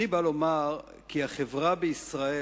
אני בא לומר כי החברה בישראל,